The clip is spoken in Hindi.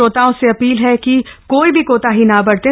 श्रोताओं से अपील है कि कोई भी कोताही न बरतें